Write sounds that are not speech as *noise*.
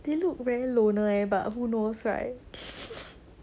they look very loner leh but who knows right *laughs*